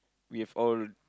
we have all